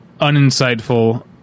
uninsightful